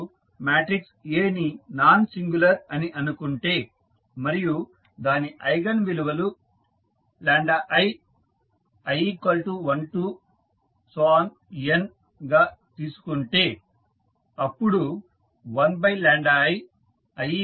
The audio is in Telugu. మీరు మాట్రిక్స్ A ని నాన్ సింగులర్ అని అనుకుంటే మరియు దాని ఐగన్ విలువలు ii12nగా అనుకుంటే అప్పుడు 1ii12